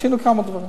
עשינו כמה דברים.